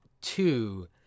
two